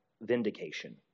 vindication